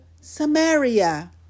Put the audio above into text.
Samaria